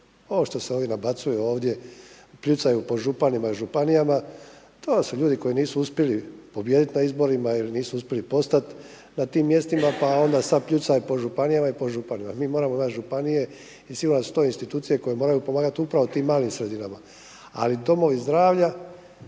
Ovo što se ovi nabacuju ovdje, pljucaju po županima i županijama to su ljudi koji nisu uspjeli pobijediti na izborima ili nisu uspjeli postati na tim mjestima pa onda sada pljucaju po županijama i po županima. Mi moramo … /Govornik se ne razumije/… županije … su to institucije koje moraju pomagati upravo tih malim sredinama. Ali domovi zdravlja